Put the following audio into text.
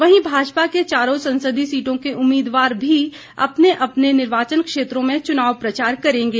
वहीं भाजपा के चारों संसदीय सीटों के उम्मीदवार भी अपने अपने निर्वाचन क्षेत्रों में चुनाव प्रचार करेंगे